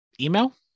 email